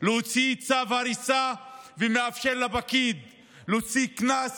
להוציא צו הריסה ומאפשר לפקיד להוציא קנס